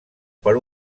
per